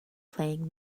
playing